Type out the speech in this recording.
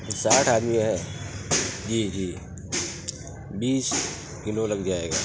ساٹھ آدمی ہیں جی جی بیس کلو لگ جائے گا